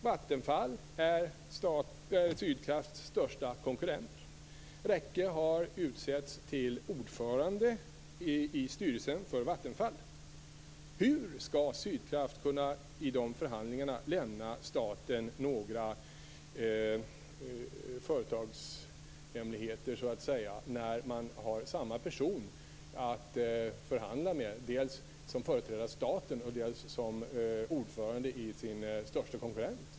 Vattenfall är Sydkrafts största konkurrent. Rekke har också utsetts till ordförande i styrelsen för Vattenfall. Hur skall Sydkraft i de förhandlingarna kunna lämna staten några affärshemligheter när personen man förhandlar med dels företräder staten, dels är ordförande hos den största konkurrenten?